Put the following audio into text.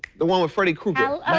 the one with freddie kruger.